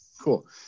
Cool